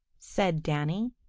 said danny.